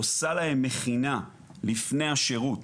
עושה להם מכינה לפני השירות